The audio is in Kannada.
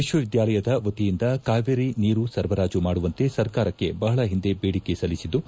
ವಿಶ್ವ ವಿದ್ಯಾಲಯದ ವತಿಯಿಂದ ಕಾವೇರಿ ನೀರು ಸರಬರಾಜು ಮಾಡುವಂತೆ ಸರ್ಕಾರಕ್ಕೆ ಬಹಳ ಹಿಂದೆ ಬೇಡಿಕೆ ಸಲ್ಲಿಸಿದ್ದು